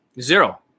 Zero